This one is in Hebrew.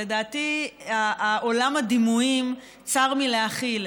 לדעתי, עולם הדימויים צר מלהכיל.